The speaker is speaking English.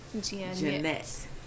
Janet